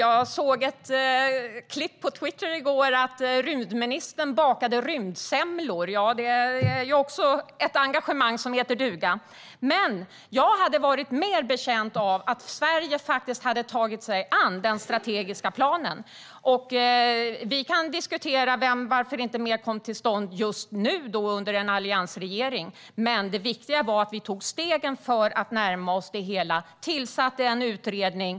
Jag såg ett klipp på Twitter i går där rymdministern bakade rymdsemlor. Det är också ett engagemang som heter duga. Men jag hade varit mer betjänt av att Sverige tog sig an den strategiska planen. Vi kan diskutera varför inte mer kom till stånd under alliansregeringen, men det viktiga var att vi tog steg mot att närma oss det hela och tillsatte en utredning.